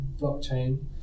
blockchain